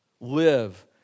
Live